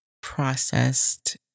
processed